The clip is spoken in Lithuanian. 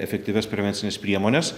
efektyvias prevencines priemones